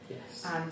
Yes